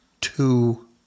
two